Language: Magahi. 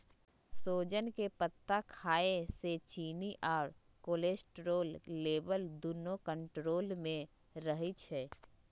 सोजन के पत्ता खाए से चिन्नी आ कोलेस्ट्रोल लेवल दुन्नो कन्ट्रोल मे रहई छई